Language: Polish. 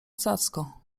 cacko